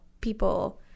people